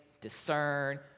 discern